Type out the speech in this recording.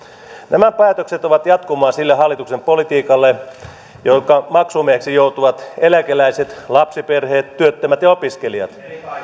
nämä päätökset ovat jatkumoa sille hallituksen politiikalle jonka maksumiehiksi joutuvat eläkeläiset lapsiperheet työttömät ja ja opiskelijat